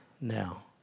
now